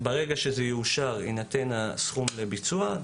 שזה יאושר יינתן הסכום לביצוע.